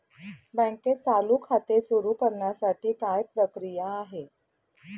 बँकेत चालू खाते सुरु करण्यासाठी काय प्रक्रिया आहे?